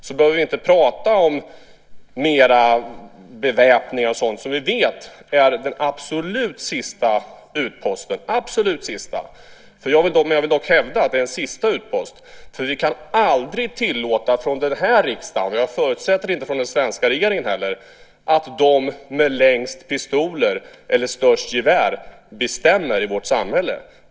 Då behöver vi inte prata om mer beväpning och sådant som vi vet är den absolut sista utposten - den absolut sista! Jag vill dock hävda att det är en sista utpost. Vi kan aldrig tillåta från den här riksdagen - och, förutsätter jag, inte från den svenska regeringen heller - att de med längst pistoler eller störst gevär bestämmer i vårt samhälle.